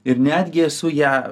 ir netgi esu ją